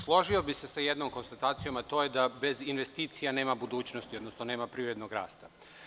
Složio bih se sa jednom konstatacijom, a to je da bez investicija nema budućnosti, odnosno nema privrednog rasta.